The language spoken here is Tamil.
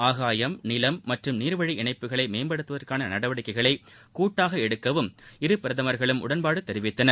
ஆகாயம் நிலம் மற்றும் நீர்வழி இணைப்புகளை மேம்படுத்துவதற்கான நடவடிக்கைகளை கூட்டாக எடுக்கவும் இரு பிரதமர்களும் உடன்பாடு தெரிவித்தனர்